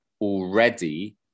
already